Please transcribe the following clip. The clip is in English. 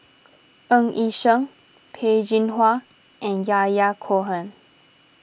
Ng Yi Sheng Peh Chin Hua and Yahya Cohen